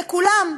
לכולם.